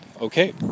okay